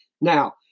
Now